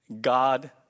God